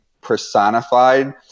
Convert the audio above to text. personified